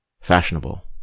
fashionable